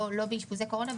נפלנו, היינו עסוקים בקורונה.